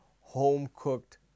home-cooked